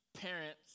parents